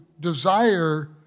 desire